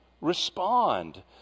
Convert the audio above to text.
respond